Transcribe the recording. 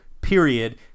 period